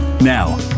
Now